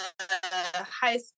High